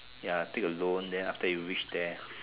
ya take a loan then after you reach there